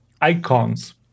icons